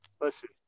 listen